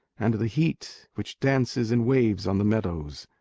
and the heat which dances in waves on the meadows.